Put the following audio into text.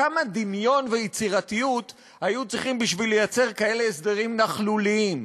כמה דמיון ויצירתיות היו צריכים בשביל לייצר כאלה הסדרים נכלוליים.